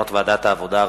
מסקנות ועדת העבודה,